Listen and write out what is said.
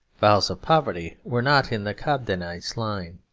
vows of poverty were not in the cobdenite's line.